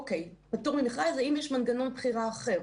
אוקיי, פטור ממכרז, האם יש מנגנון בחירה אחר.